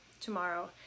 tomorrow